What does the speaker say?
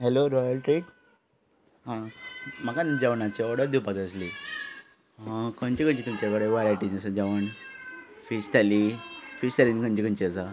hello royal treat आं म्हाका जेवणाची ऑर्डर दिवपाक जाय आसली खंयची खंयची तुमचे कडे वरायटीज आसा जेवण आसा फीश थाली फीश थालींन खंयचें खंयचें आसा